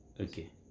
Okay